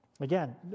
Again